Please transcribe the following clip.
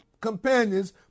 companions